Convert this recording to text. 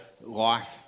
life